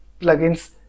plugins